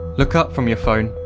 look up from your phone,